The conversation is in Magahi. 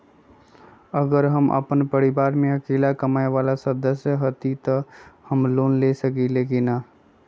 अगर हम अपन परिवार में अकेला कमाये वाला सदस्य हती त हम लोन ले सकेली की न?